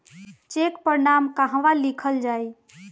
Check पर नाम कहवा लिखल जाइ?